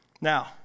Now